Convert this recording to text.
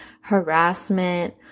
harassment